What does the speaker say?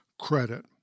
credit